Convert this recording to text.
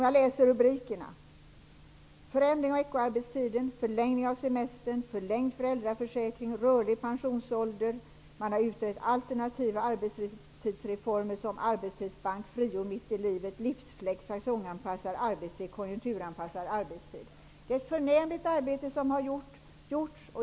Jag läser rubrikerna: Förändring av veckoarbetstiden, förlängning av semestern, förlängd föräldraförsäkring, rörlig pensionsålder. Man har också utrett alternativa arbetstidsreformer såsom arbetstidsbank, friår mitt i livet, livsflex, säsongsanpassad arbetstid, konjunkturanpassad arbetstid. Det är ett förnämligt arbete som har gjorts.